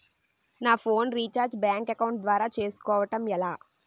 నా phone recharge bank account ద్వారా చేసుకోవటం ఎలా?